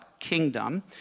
kingdom